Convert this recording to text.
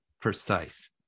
precise